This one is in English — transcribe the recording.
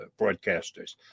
broadcasters